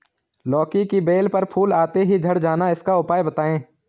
लौकी की बेल पर फूल आते ही झड़ जाना इसका उपाय बताएं?